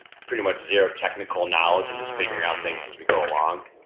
pretty much zero technical knowledge and just figuring out things as we go along.